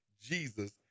Jesus